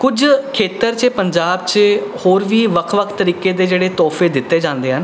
ਕੁਝ ਖੇਤਰ 'ਚ ਪੰਜਾਬ 'ਚ ਹੋਰ ਵੀ ਵੱਖ ਵੱਖ ਤਰੀਕੇ ਦੇ ਜਿਹੜੇ ਤੋਹਫ਼ੇ ਦਿੱਤੇ ਜਾਂਦੇ ਹਨ